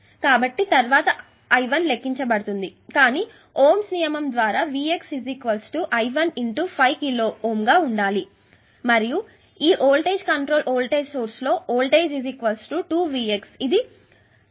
కాబట్టి తర్వాత లెక్కించబడుతుంది కానీ ఓమ్స్ నియమం ద్వారా vx I1 5 కిలోΩ గా ఉండాలి మరియు ఈ వోల్టేజ్ కంట్రోల్ వోల్టేజ్ సోర్స్ లో వోల్టేజ్2 ఇది 10 కిలోΩ